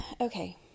okay